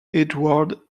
eduard